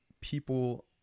people